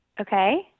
Okay